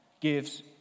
gives